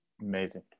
Amazing